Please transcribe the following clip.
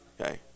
okay